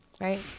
right